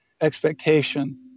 expectation